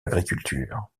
l’agriculture